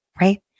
right